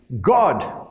God